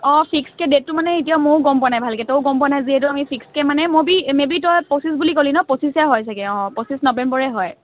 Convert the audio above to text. অঁ ফিক্সকৈ ডেটটো মানে এতিয়া ময়ো গম পোৱা নাই ভালকৈ তয়ো গম পোৱা নাই যদি যিহেতু আমি ফিক্সকৈ মানে মেবি মেবি তই পঁচিছ বুলি ক'লি ন পঁচিছে হয় চাগৈ অঁ পঁচিছ নৱেম্বৰে হয়